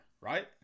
right